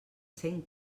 cent